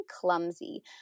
clumsy